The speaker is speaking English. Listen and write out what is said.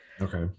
Okay